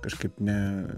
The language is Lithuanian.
kažkaip ne